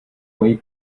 mají